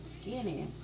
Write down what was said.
skinny